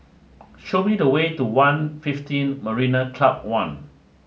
show me the way to One Fifteen Marina Club One